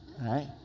right